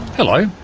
hello.